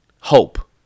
hope